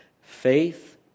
Faith